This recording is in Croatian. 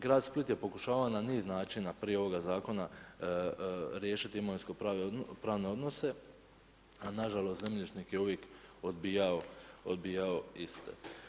Grad Split je pokušavao na niz načina prije ovoga zakona riješit imovinsko pravne odnose, a nažalost zemljišnik je uvijek odbijao iste.